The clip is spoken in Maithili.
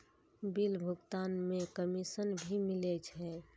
बिल भुगतान में कमिशन भी मिले छै?